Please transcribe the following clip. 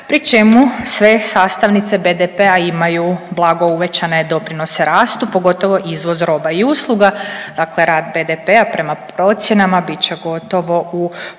pri čemu sve sastavnice BDP-a imaju blago uvećane doprinose rastu pogotovo izvoz roba i usluga, dakle rast BDP-a prema procjenama bit će gotovo u potpunosti